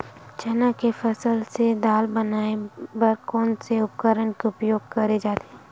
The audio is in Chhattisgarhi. चना के फसल से दाल बनाये बर कोन से उपकरण के उपयोग करे जाथे?